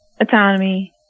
autonomy